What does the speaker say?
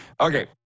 Okay